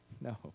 No